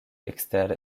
ekster